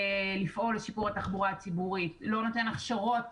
לפעול לשיפור התחבורה הציבורית, לא נותן הכשרות